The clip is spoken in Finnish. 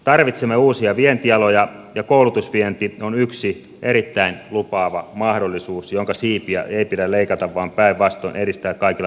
tarvitsemme uusia vientialoja ja koulutusvienti on yksi erittäin lupaava mahdollisuus jonka siipiä ei pidä leikata vaan päinvastoin edistää kaikilla mahdollisilla tavoilla